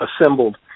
assembled